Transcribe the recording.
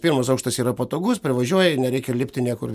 pirmas aukštas yra patogus privažiuoji nereikia lipti niekur